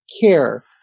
care